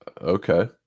okay